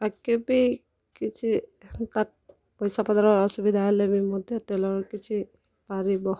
ଆଗ୍କେ ବି କିଛି ପଇସାପତ୍ରର ଅସୁବିଧା ହେଲେ ମତେ ଟେଲର୍ କିଛି ପାରିବ